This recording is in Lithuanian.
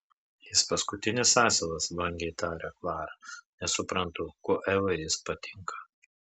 jis paskutinis asilas vangiai taria klara nesuprantu kuo evai jis patinka